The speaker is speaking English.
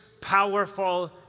powerful